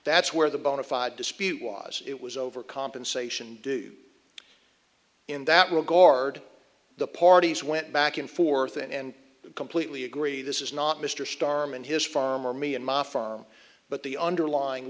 that's where the bona fide dispute was it was over compensation due in that regard the parties went back and forth and completely agree this is not mr starman his farm or me and my farm but the underlying